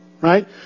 Right